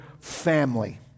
family